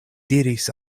diris